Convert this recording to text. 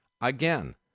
Again